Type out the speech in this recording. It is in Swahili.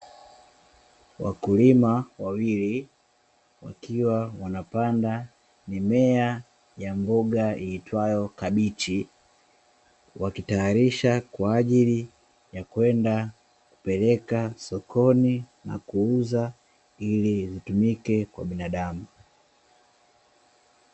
Wakulima wawili wakiwa wanapanda mimea ya mboga iitwayo kabichi, wakitayarisha kwaajili ya kwenda kupeleka sokoni na kuuza ili itumike kwa binadamu.